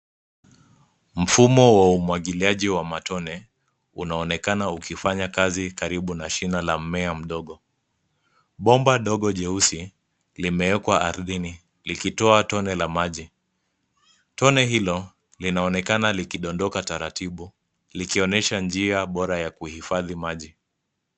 Mfumo wa umwagiliaji wa matone unaonekana ukifanya kazi karibu na shina la mmea mdogo. Bomba ndogo jeusi limewekwa ardhini likitoa tone la maji. Tone hilo linaonekana likidondoka taratibu likionyesha njia bora ya kuhifadhi maji.